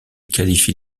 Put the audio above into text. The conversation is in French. qualifie